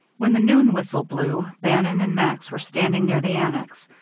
when the noon whistle blew bannon and max were standing near the annex.